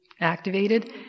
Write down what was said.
activated